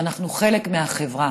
שאנחנו חלק מהחברה,